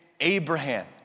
Abraham